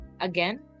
Again